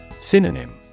Synonym